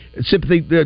sympathy